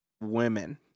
women